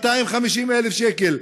250,000 שקל,